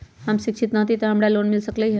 हम शिक्षित न हाति तयो हमरा लोन मिल सकलई ह?